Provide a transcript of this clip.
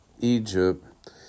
Egypt